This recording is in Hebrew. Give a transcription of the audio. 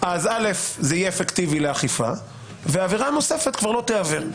אז זה יהיה אפקטיבי לאכיפה ועבירה אחרת כבר לא תיעבר.